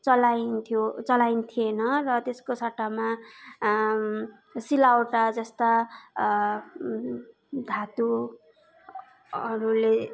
चलाइन्थ्यो चलाइन्थेन त्यसको सट्टामा सिलौटा जस्ता धातुहरूले